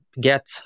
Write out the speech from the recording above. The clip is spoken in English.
get